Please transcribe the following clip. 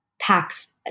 packs